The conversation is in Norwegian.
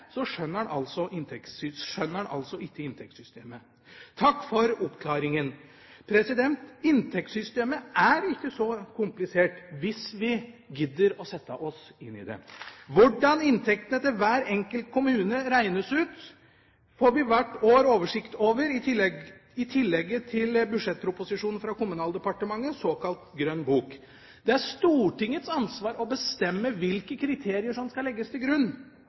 skjønner han altså ikke inntektssystemet. Takk for oppklaringen. Inntektssystemet er ikke så komplisert, hvis vi gidder å sette oss inn i det. Hvordan inntektene til hver enkelt kommune regnes ut, får vi hvert år oversikt over i tillegget til budsjettproposisjonen fra Kommunaldepartementet, såkalt Grønn bok. Det er Stortingets ansvar å bestemme hvilke kriterier som skal legges til grunn,